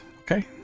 Okay